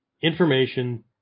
information